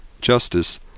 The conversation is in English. Justice